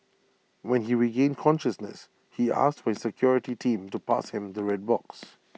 when he regained consciousness he asked for his security team to pass him the red box